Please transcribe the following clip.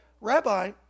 Rabbi